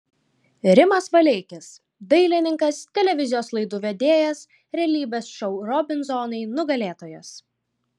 rimas valeikis dailininkas televizijos laidų vedėjas realybės šou robinzonai nugalėtojas